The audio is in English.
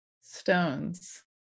Stones